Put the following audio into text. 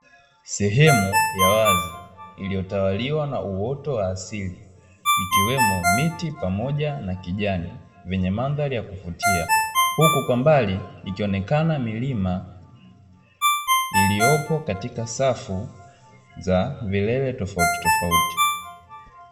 Sehemu ya wazi iliyotawaliwa na uoto wa asili ikiwemo miti pamoja na kijani yenye mandhari ya kuvutia, huku kwa mbali ikionekana milima iliyopo katika safu za vilele tofautitofauti.